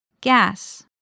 Gas